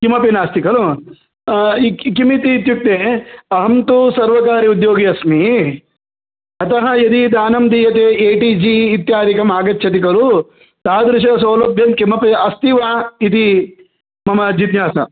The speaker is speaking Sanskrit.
किमपि नास्ति खलु किमिति इत्युक्ते अहं तु सर्वकारी उद्योगी अस्मि अतः यदि दानं दीयते ए टि जि इत्यादिकम् आगच्छति खलु तादृशसौलभ्यं किमपि अस्ति वा इति मम जिज्ञासा